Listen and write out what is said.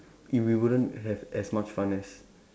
it we wouldn't have as much fun as